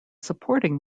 supporting